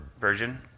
version